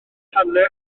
hanes